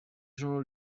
sono